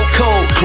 cold